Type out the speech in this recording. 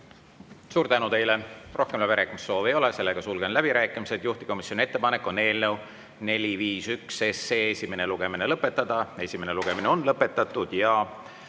Suur tänu teile! Rohkem läbirääkimiste soovi ei ole. Sulgen läbirääkimised. Juhtivkomisjoni ettepanek on eelnõu 451 esimene lugemine lõpetada. Esimene lugemine on lõpetatud.